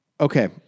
Okay